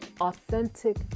Authentic